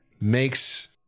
makes